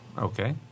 Okay